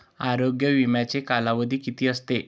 आरोग्य विम्याचा कालावधी किती असतो?